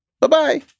Bye-bye